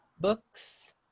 books